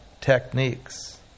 techniques